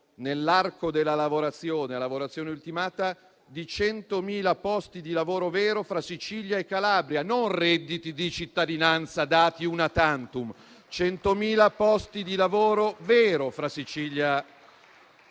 nell'arco del tempo, a lavorazione ultimata, di 100.000 posti di lavoro vero, fra Sicilia e Calabria. Non redditi di cittadinanza dati *una tantum*, ma 100.000 posti di lavoro vero, fra Sicilia e Calabria.